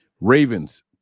Ravens